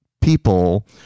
people